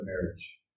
marriage